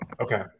Okay